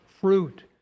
fruit